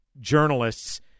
journalists